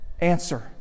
Answer